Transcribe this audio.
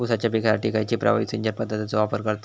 ऊसाच्या पिकासाठी खैयची प्रभावी सिंचन पद्धताचो वापर करतत?